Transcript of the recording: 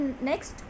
next